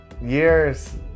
years